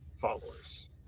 followers